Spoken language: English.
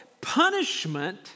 punishment